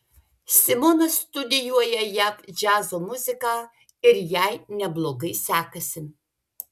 simona studijuoja jav džiazo muziką ir jai neblogai sekasi